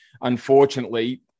Unfortunately